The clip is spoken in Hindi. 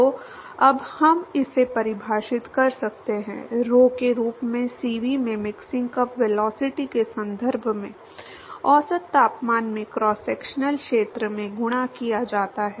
तो अब हम इसे परिभाषित कर सकते हैं rho के रूप में CV में मिक्सिंग कप वेलोसिटी के संदर्भ में औसत तापमान से क्रॉस सेक्शनल क्षेत्र में गुणा किया जाता है